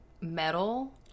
metal